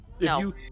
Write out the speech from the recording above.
No